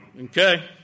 okay